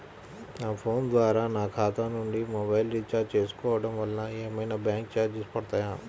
నా ఫోన్ ద్వారా నా ఖాతా నుండి మొబైల్ రీఛార్జ్ చేసుకోవటం వలన ఏమైనా బ్యాంకు చార్జెస్ పడతాయా?